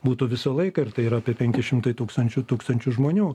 būtų visą laiką ir tai yra apie penki šimtai tūkstančių tūkstančių žmonių